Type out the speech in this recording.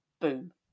boom